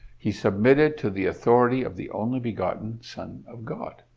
he submitted to the authority of the only-begotten son of god.